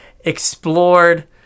explored